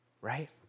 right